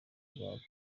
rwange